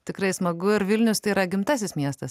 tikrai smagu ir vilnius tai yra gimtasis miestas